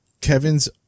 Kevin's